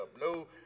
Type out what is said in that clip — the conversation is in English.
no